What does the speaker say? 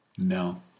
No